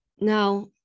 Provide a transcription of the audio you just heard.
Now